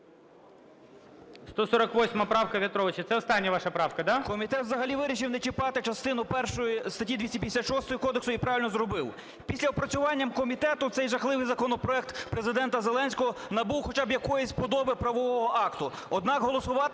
148 правка В'ятровича. Це остання ваша правка, да?